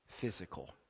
physical